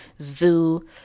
zoo